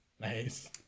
Nice